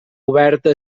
oberta